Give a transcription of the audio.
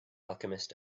alchemist